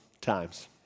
times